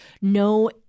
no